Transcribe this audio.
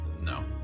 no